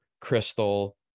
crystal